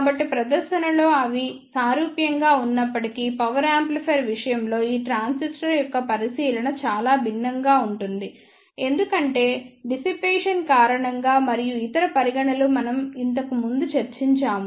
కాబట్టి ప్రదర్శనలో అవి సారూప్యంగా ఉన్నప్పటికీ పవర్ యాంప్లిఫైయర్ విషయంలో ఈ ట్రాన్సిస్టర్ యొక్క పరిశీలన చాలా భిన్నంగా ఉంటుంది ఎందుకంటే డిసిపేషన్ కారణంగా మరియు ఇతర పరిగణనలు మనం ఇంతకు ముందు చర్చించాము